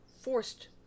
forced